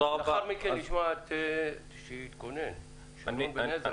לאחר מכן נשמע את שרון בן עזרא.